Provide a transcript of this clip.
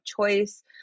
choice